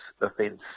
offence